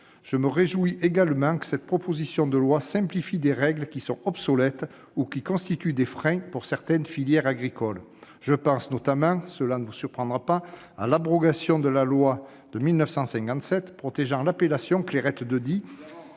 je me réjouis également que cette proposition de loi simplifie des règles qui sont obsolètes ou qui constituent des freins pour certaines filières agricoles. Je pense notamment, cela ne vous surprendra pas, à l'abrogation de la loi de 1957 protégeant l'appellation « Clairette de Die